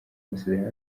amasezerano